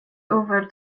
over